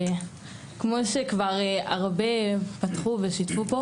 כמו שהרבה שיתפו פה,